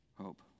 hope